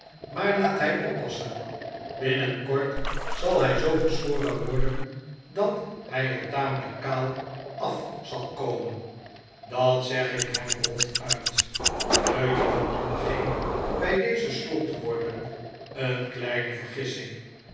maar laat hij oppassen binnenkort zal hij zoo geschoren worden dat hij er tamelijk kaal af zal komen dat zeg ik hem ronduit de jongeman beging bij deze slotwoorden een kleine vergissing